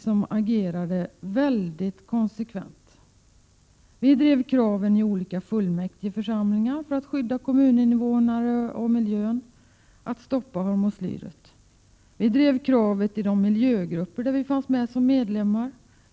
Vpk agerade därvid mycket konsekvent; i olika fullmäktigeförsamlingar drev vi, för att skydda kommuninvånare och miljö, kravet att hormoslyret skulle stoppas. Vidare drev vi det kravet i de miljögrupper där vi fanns med som medlemmar.